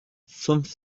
fünf